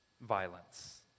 violence